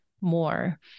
more